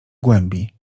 głębi